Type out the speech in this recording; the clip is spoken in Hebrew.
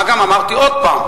מה גם שאמרתי עוד פעם,